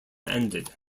ended